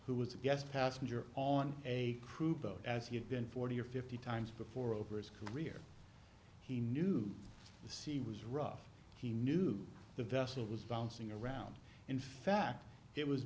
who was a guest passenger on a crew boat as he had been forty or fifty times before over his career he knew the sea was rough he knew the vessel was bouncing around in fact it was